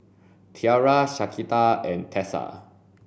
Tiara Shaquita and Tessa